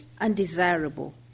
undesirable